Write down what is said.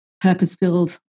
purpose-filled